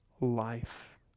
life